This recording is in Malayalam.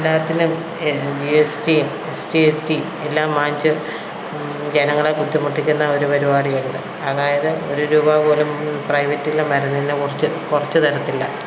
എല്ലാത്തിനും ജി എസ് ടിയും എസ് ജി എസ് ടിയും എല്ലാം വാങ്ങിച്ച് ജനങ്ങളെ ബുദ്ധിമുട്ടിക്കിന്ന ഒരു പരിപാടികളുണ്ട് അതായത് ഒരു രൂപാ പോലും പ്രൈവറ്റിൽ മരുന്നിന് കുറച്ച് കുറച്ച് തരത്തില്ല